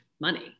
money